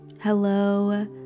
hello